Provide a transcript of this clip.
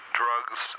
drugs